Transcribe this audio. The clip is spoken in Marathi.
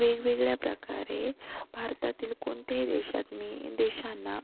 वेगवेगळ्या प्रकारे भारतातील कोणत्याही देशात मी देशांना